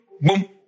boom